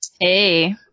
Hey